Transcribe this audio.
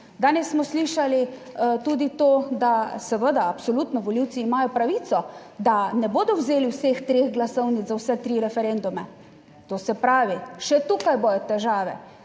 Danes smo slišali tudi to, da seveda absolutno volivci imajo pravico, da ne bodo vzeli vseh treh glasovnic za vse tri referendume. To se pravi, še tukaj bodo težave,